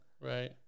Right